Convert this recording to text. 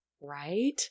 Right